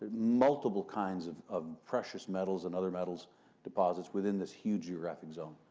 multiple kinds of of precious metals and other metals deposits within this huge geographic zone.